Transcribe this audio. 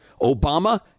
Obama